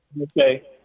Okay